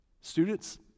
Students